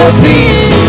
peace